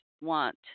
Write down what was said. want